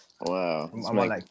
Wow